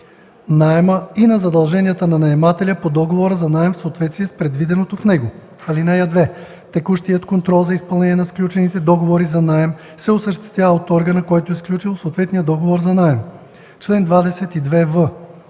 наема и на задълженията на наемателя по договора за наем в съответствие с предвиденото в него. (2) Текущият контрол за изпълнение на сключените договори за наем се осъществява от органа, който е сключил съответния договор за наем. Чл. 22в.